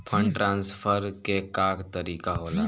Fund transfer के का तरीका होला?